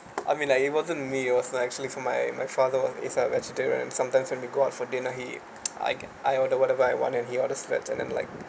I mean like it wasn't me it was like actually from my my father he's a vegetarian and sometimes when we go out for dinner he I I order whatever I want and he orders salads and I'm like